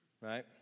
right